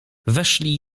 weszli